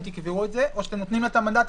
לקבוע את זה או שאתם נותנים לה את המנדט?